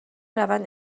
روند